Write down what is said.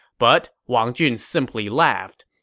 but wang jun simply laughed.